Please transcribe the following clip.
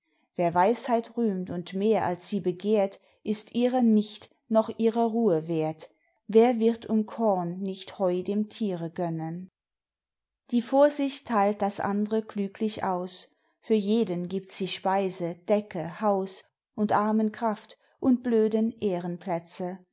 wer weisheit rühmt und mehr als sie begehrt ist ihrer nicht noch ihrer ruhe wert wer wird um korn nicht heu dem tiere gönnen die vorsicht teilt das andre klüglich aus für jeden gibt sie speise decke haus und armen kraft und blöden ehrenplätze